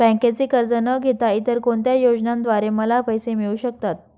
बँकेचे कर्ज न घेता इतर कोणत्या योजनांद्वारे मला पैसे मिळू शकतात?